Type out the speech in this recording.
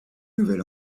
nouvel